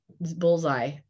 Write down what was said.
bullseye